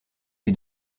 lui